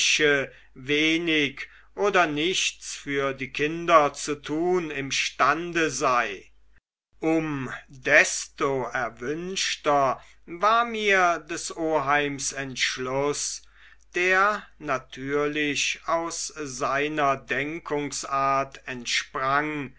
wenig oder nichts für die kinder zu tun imstande sei um desto erwünschter war mir des oheims entschluß der natürlich aus seiner denkungsart entsprang